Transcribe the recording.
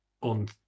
on